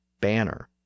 banner